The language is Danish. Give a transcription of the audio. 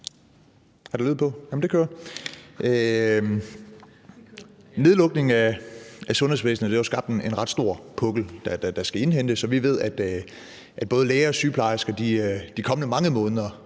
Nedlukningen af sundhedsvæsenet har jo skabt en ret stor pukkel, der skal indhentes. Og vi ved, at både læger og sygeplejersker de kommende mange måneder